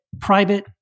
private